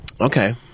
Okay